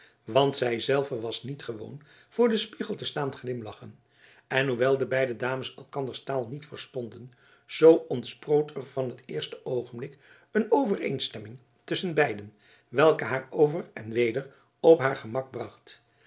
want zij zelve was niet gewoon voor den spiegel te staan glimlachen en hoewel de beide dames elkanders taal niet verstonden zoo ontsproot er van het eerste oogenblik een overeenstemming tusschen beiden welke haar over en weder op haar gemak bracht